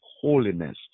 holiness